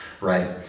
right